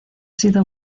sido